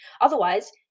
Otherwise